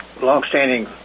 long-standing